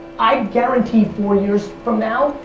i guarantee four years from now,